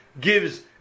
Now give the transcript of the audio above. gives